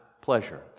pleasure